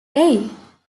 hey